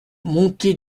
montée